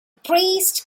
priest